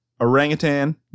orangutan